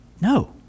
No